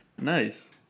Nice